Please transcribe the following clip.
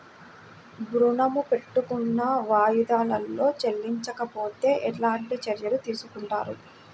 ఋణము పెట్టుకున్న వాయిదాలలో చెల్లించకపోతే ఎలాంటి చర్యలు తీసుకుంటారు?